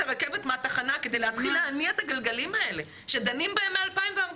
הרכבת מהתחנה כדי להתחיל להניע את הגלגלים האלה שדנים בהם מ-2014.